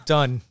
Done